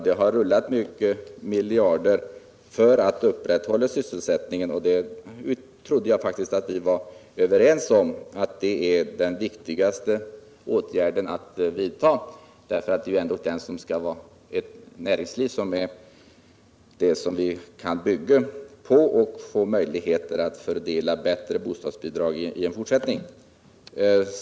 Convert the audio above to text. Det har rullat många miljarder för att vi skall upprätthålla sysselsättningen, och jag trodde faktiskt att vi var överens om att det var den viktigaste bland alla de åtgärder vi har att vidta. Det är ju ändå näringslivet vi måste bygga på för att få möjligheter att fördela några bostadsbidrag i fortsättningen.